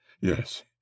yes